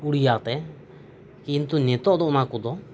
ᱩᱲᱤᱭᱟ ᱛᱮ ᱠᱤᱱᱛᱩ ᱱᱤᱛᱳᱜ ᱫᱚ ᱚᱱᱟ ᱠᱟᱫᱚ